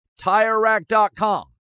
TireRack.com